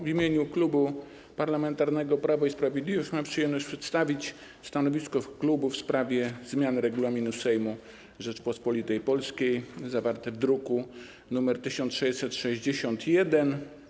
W imieniu Klubu Parlamentarnego Prawo i Sprawiedliwość mam przyjemność przedstawić stanowisko klubu wobec zmiany Regulaminu Sejmu Rzeczypospolitej Polskiej zawartej w druku nr 1661.